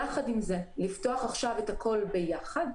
יחד עם זאת, לפתוח עכשיו את הכול ביחד,